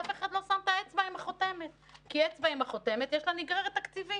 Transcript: אף אחד לא שם את האצבע עם החותמת כי אצבע עם חותמת יש לה נגררת תקציבית.